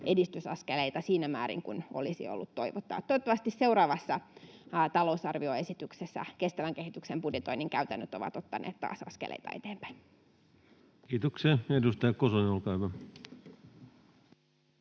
edistysaskeleita siinä määrin kuin olisi ollut toivottavaa. Toivottavasti seuraavassa talousarvioesityksessä kestävän kehityksen budjetoinnin käytännöt ovat ottaneet taas askeleita eteenpäin. [Speech 455] Speaker: